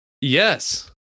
yes